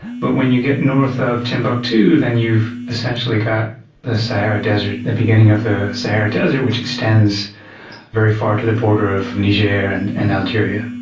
but when you get north ah of timbuktu, then you've essentially got the sahara desert, the beginning of the sahara desert, which extends very far to the border of niger and algeria. algeria.